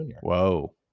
Whoa